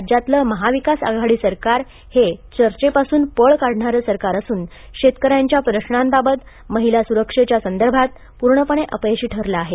राज्यातील महाविकास आघाडी सरकार हे चर्चेपासून पळ काढणारे सरकार असून शेतकऱ्यांच्या प्रशांबाबत महिला सुरक्षेच्या संदर्भात पूर्णपणे अपयशी ठरले आहे